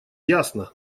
ясно